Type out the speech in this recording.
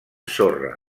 sorra